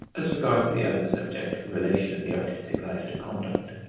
as regards the other subject, the relation of the artistic life to conduct,